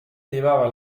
llevaba